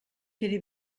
quedi